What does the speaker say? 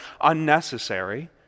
unnecessary